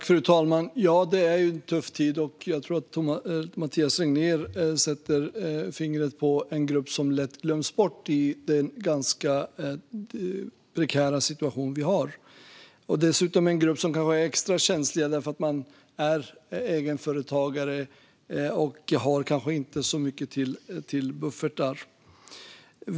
Fru talman! Ja, det är en tuff tid, och Mathias Tegnér sätter fingret på en grupp som lätt glöms bort i den ganska prekära situation vi har. Det är dessutom en grupp som kan vara extra känslig. Som egenföretagare har man kanske inte så mycket till buffert.